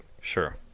Sure